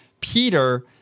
Peter